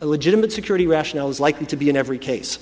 a legitimate security rationale is likely to be in every case